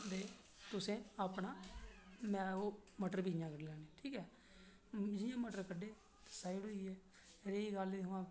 ते तुसें अपना ओह् मटर बी इयां गै करी लेने ठीक ऐ जियां मटर कड्ढे फिर साइड होई गे रेही गेई गल्ल